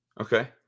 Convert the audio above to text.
Okay